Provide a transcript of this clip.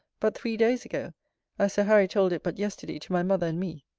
but three days ago, as sir harry told it but yesterday to my mother and me.